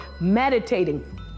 meditating